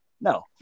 No